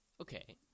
Okay